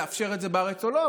לאפשר את זה בארץ או לא,